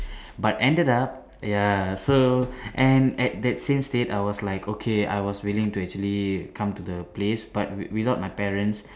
but ended up ya so and at that same state I was like okay I was willing to actually come to the place but without my parents